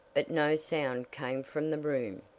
but no sound came from the room.